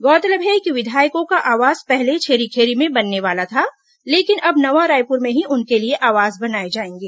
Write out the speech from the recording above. गौरतलब है कि विधायकों का आवास पहले छेरीखेड़ी में बनने वाला था लेकिन अब नवा रायपुर में ही उनके लिए आवास बनाए जाएंगे